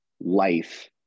life